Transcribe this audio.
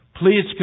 please